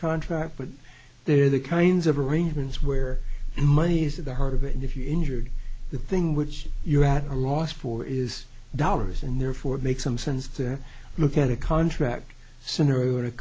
contract but they're the kinds of arrangements where money is the heart of it and if you're injured the thing which you at a loss for is dollars and therefore makes some sense to look at a contract sooner or to